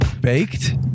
Baked